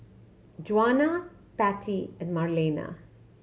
Juana Patti and Marlena